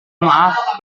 maaf